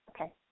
Okay